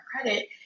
credit